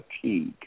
fatigue